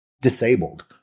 disabled